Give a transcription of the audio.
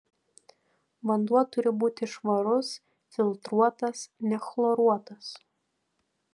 vanduo turi būti švarus filtruotas nechloruotas